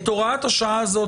את הוראת השעה הזאת,